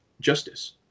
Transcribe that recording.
justice